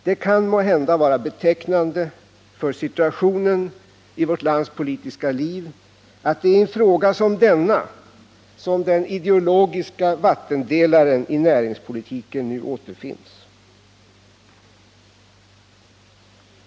Det kan måhända vara betecknande för situationen i vårt lands politiska liv att det är i en fråga som denna som den ideologiska vattendelaren i näringspolitiken återfinns.